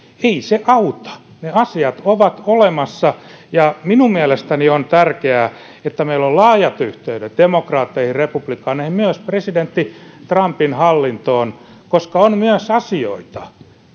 ei se auta ne asiat ovat olemassa minun mielestäni on tärkeää että meillä on laajat yhteydet demokraatteihin ja republikaaneihin myös presidentti trumpin hallintoon koska on myös asioita